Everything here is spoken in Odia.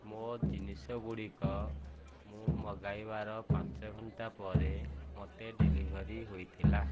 ମୋ' ଜିନିଷଗୁଡ଼ିକ ମୁଁ ମଗାଇବାର ପାଞ୍ଚ ଘଣ୍ଟା ପରେ ମୋତେ ଡେଲିଭର୍ ହୋଇଥିଲା